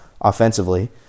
Offensively